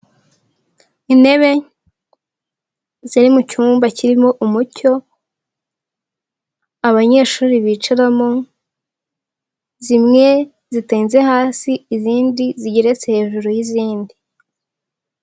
Intebe ziri mu cyumba kirimo umucyo, abanyeshuri bicaramo, zimwe zitenze hasi, izindi zigeretse hejuru y'izindi.